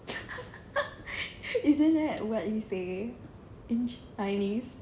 isn't that what you say in chinese